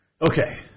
Okay